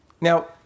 Now